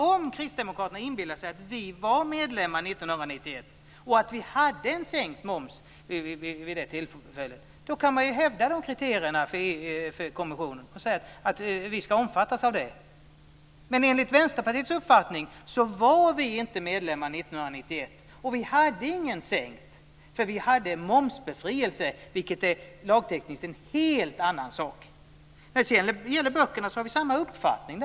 Om kristdemokraterna inbillar sig att Sverige var medlem 1991 och att vi hade en sänkt moms vid det tillfället kan de ju hävda de kriterierna för kommissionen, och säga att Sverige ska omfattas av detta. Men enligt Vänsterpartiets uppfattning var inte Sverige medlem 1991, och hade ingen sänkt moms. Sverige hade nämligen en momsbefrielse, vilket lagtekniskt är en helt annan sak. När det gäller böckerna har vi samma uppfattning.